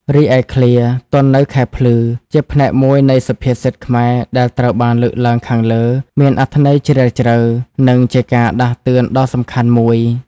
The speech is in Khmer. រីឯ ឃ្លា ទាន់នៅខែភ្លឺ ជាផ្នែកមួយនៃសុភាសិតខ្មែរដែលត្រូវបានលើកឡើងខាងលើ មានអត្ថន័យជ្រាលជ្រៅ និងជាការដាស់តឿនដ៏សំខាន់មួយ។